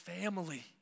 family